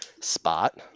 spot